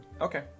Okay